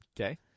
Okay